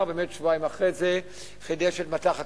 ובאמת שבועיים אחרי זה חידש את מטח ה"קסאמים".